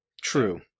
True